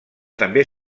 també